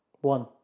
One